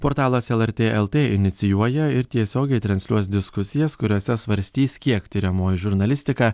portalas lrt lt inicijuoja ir tiesiogiai transliuos diskusijas kuriose svarstys kiek tiriamoji žurnalistika